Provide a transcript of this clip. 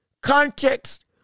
context